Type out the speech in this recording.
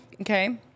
okay